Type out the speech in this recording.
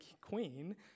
queen